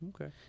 Okay